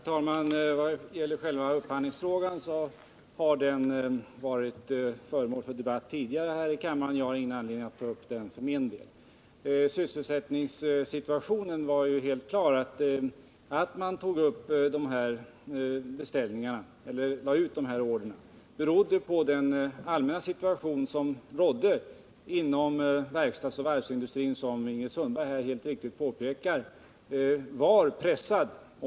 Herr talman! Själva upphandlingsfrågan har varit föremål för debatt tidigare här i kammaren, och jag har ingen anledning att för min del ta upp den nu. Men det står helt klart att anledningen till att man lade ut de här beställningarna var den allmänna situation som rådde inom verkstadsoch varvsindustrin. Den var som Ingrid Sundberg helt riktigt påpekar pressad.